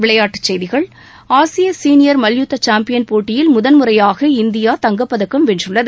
விளையாட்டுச் செய்திகள் ஆசிய சீனியர் மல்யுத்த சாம்பியன் போட்டியில் முதல் முறையாக இந்தியா தங்கப்பதக்கம் வென்றுள்ளது